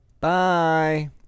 bye